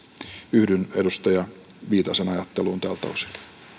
yhdyn edustaja viitasen ajatteluun tältä osin